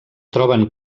troben